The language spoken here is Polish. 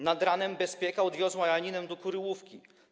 Nad ranem bezpieka odwiozła Janinę do Kuryłówki.